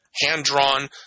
hand-drawn